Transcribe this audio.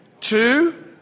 two